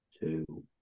Two